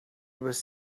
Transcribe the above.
was